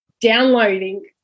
downloading